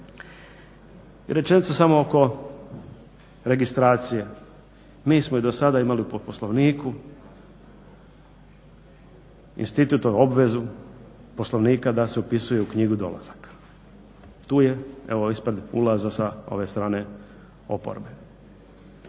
Rečenicu samo oko registracije. Mi smo je i do sada imali po Poslovniku, institut kao obvezu Poslovnika da se upisuje u knjigu dolazaka. Tu je evo ispred ulaza sa ove strane oporbe